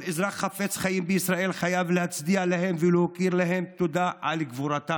כל אזרח חפץ חיים בישראל חייב להצדיע להם ולהכיר להם תודה על גבורתם,